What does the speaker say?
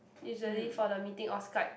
usually for the meeting or Skype